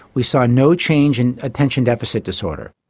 we saw no change in attention deficit disorder.